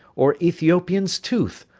or ethiopian's tooth,